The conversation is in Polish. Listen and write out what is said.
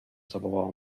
zawołała